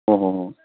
ꯍꯣꯏ ꯍꯣꯏ ꯍꯣꯏ